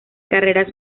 carreras